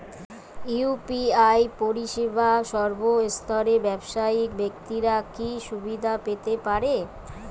UPI পরিসেবা সর্বস্তরের ব্যাবসায়িক ব্যাক্তিরা কি সুবিধা পেতে পারে?